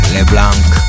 Leblanc